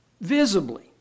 visibly